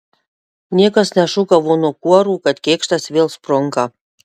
niekas nešūkavo nuo kuorų kad kėkštas vėl sprunka